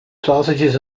sausages